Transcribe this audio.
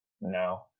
No